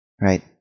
Right